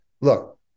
look